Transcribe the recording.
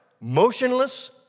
motionless